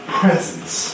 presence